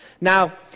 Now